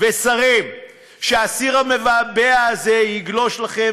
ושרים שהסיר המבעבע הזה יגלוש לכם.